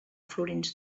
florins